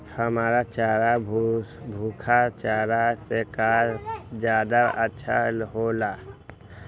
हरा चारा सूखा चारा से का ज्यादा अच्छा हो ला?